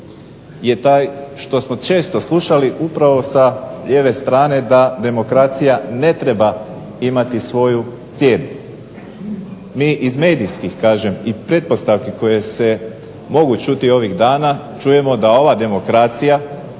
je taj što smo često slušali upravo sa lijeve strane da demokracija ne treba imati svoju cijenu. Mi iz medijskih kažem i pretpostavki koje se mogu čuti ovih dana čujemo da ova demokracija